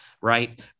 right